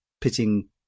pitting